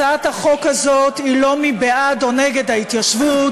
הצעת החוק הזאת היא לא מי בעד או נגד ההתיישבות,